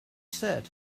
said